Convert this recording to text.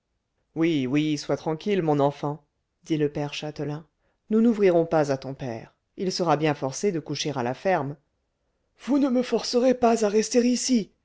oui oui sois tranquille mon enfant dit le père châtelain nous n'ouvrirons pas à ton père il sera bien forcé de coucher à la ferme vous ne me forcerez pas à rester ici